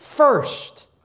First